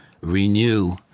renew